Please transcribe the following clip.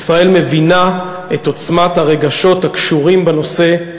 ישראל מבינה את עוצמת הרגשות הקשורים בנושא,